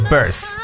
Birth